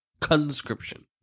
Conscription